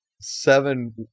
seven